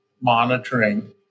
monitoring